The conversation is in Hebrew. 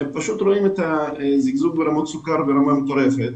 רואים את הזלזול ברמות הסוכר ברמה מטורפת.